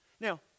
Now